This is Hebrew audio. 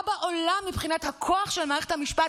בעולם מבחינת הכוח של מערכת המשפט.